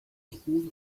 trouve